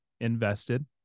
invested